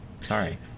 sorry